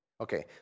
Okay